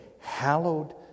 hallowed